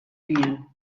gien